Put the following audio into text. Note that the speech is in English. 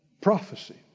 prophecy